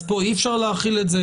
אז פה אי אפשר להחיל את זה?